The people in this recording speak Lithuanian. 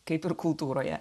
kaip ir kultūroje